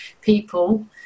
people